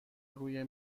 روی